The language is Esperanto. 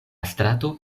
strato